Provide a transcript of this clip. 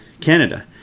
Canada